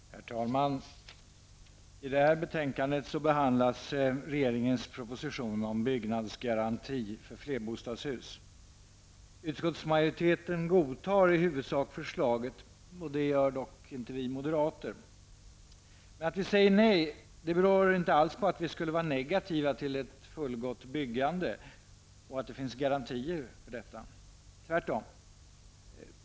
Herr talman! I detta betänkande behandlas regeringens proposition om byggnadsgaranti för flerbostadshus. Utskottsmajoriteten godtar i huvudsak förslaget. Det gör dock inte vi moderater. Att vi säger nej beror dock inte alls på att vi skulle vara negativa till ett fullgott byggande och att det finns garantier för detta. Tvärtom.